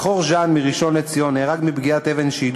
בכור ז'אן מראשון-לציון נהרג מפגיעת אבן שיידו